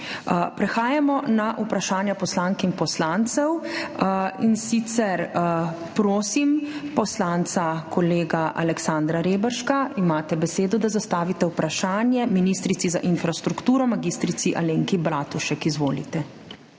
Prehajamo na vprašanja poslank in poslancev. Poslanec kolega Aleksander Reberšek, imate besedo, da zastavite vprašanje ministrici za infrastrukturo mag. Alenki Bratušek. Izvolite.